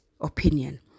opinion